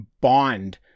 bond